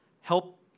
help